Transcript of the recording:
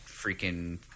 freaking